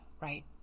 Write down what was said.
right